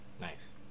Nice